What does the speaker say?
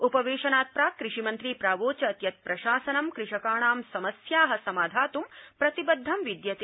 उपवेशनात् प्राक् कृषिमन्त्री प्रावोचत् यत् प्रशासनं कृषकाणां समस्या समाधात् प्रतिबद्धम विद्यते